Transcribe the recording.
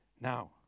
Now